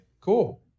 cool